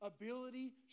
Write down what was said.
ability